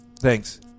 thanks